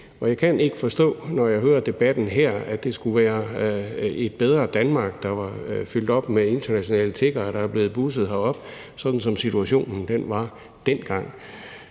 Jeg kan ikke forstå, når jeg hører debatten her, at det skulle være et bedre Danmark, der var fyldt op med internationale tiggere, der er blevet busset herop, sådan som situationen var dengang.